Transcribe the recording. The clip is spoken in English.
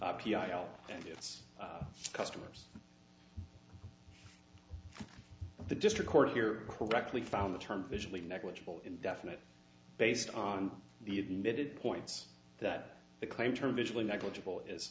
its customers the district court here correctly found the term visually negligible indefinite based on the admitted points that the claim turn visually negligible is